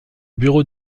bureau